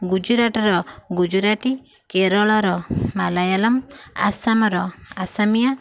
ଗୁଜୁରାଟର ଗୁଜରାଟୀ କେରଳର ମାଲାୟାଲମ୍ ଆସାମର ଆସାମୀୟା